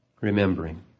Remembering